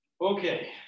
Okay